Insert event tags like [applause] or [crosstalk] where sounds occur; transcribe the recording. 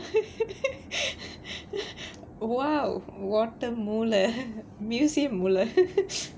[laughs] !wow! what a மூள:moola museum மூள:moola [laughs]